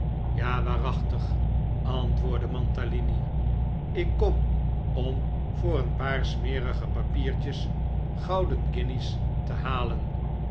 ja waarachtig antwoordde mantalini ik kom om voor een paar sjmerige papiertjes gouden guinjes te halen